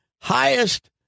highest